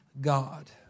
God